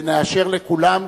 ונאשר לכולם,